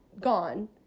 gone